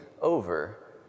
over